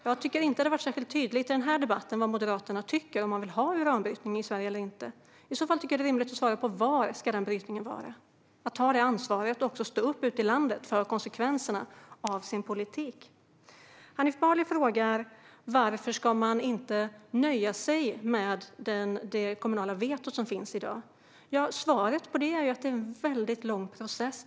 Jag tycker inte att det har varit särskilt tydligt i dagens debatt vad Moderaterna tycker. Vill de ha uranbrytning i Sverige eller inte? I så fall tycker jag att det är rimligt att de svarar på var denna brytning ska äga rum. Man måste ta det ansvaret och också stå upp ute i landet för konsekvenserna av sin politik. Hanif Bali frågar varför man inte kan nöja sig med det kommunala veto som finns i dag. Svaret på det är att det handlar om en väldigt lång process.